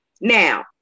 Now